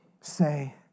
Say